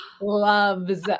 loves